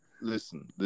listen